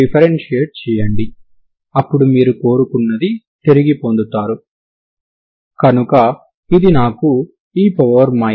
string ని అనంతమైన string కి జతచేసినప్పుడు ఇది సమీకరణాన్ని నియంత్రించే నమూనా గా ఉంటుందని మీకు తెలుసు